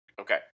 Okay